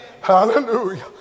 Hallelujah